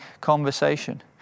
conversation